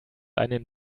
einen